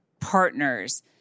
partners